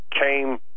came